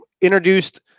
introduced